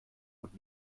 und